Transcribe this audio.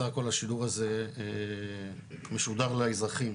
בסך הכול השידור הזה משודר לאזרחים.